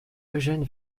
eugène